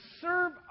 serve